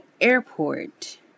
airport